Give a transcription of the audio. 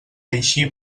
així